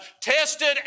tested